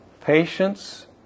patience